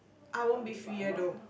I won't be freer though